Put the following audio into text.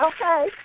okay